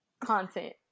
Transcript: content